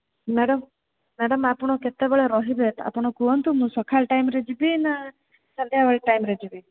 madam madam ଆପଣ କେତେବେଳେ ରହିବେ ଆପଣ କୁହନ୍ତୁ ମୁଁ ସଖାଳ ଟାଇମ ରେ ଯିବି ନା ସନ୍ଧ୍ୟାବେଳେ ଟାଇମରେ ଯିବି